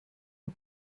who